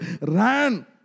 ran